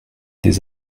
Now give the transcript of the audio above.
des